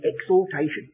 exaltation